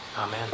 Amen